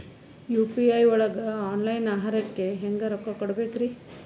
UPI ಒಳಗ online ಆಹಾರಕ್ಕೆ ಹೆಂಗ್ ರೊಕ್ಕ ಕೊಡಬೇಕ್ರಿ?